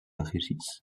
régis